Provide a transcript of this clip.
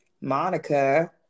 Monica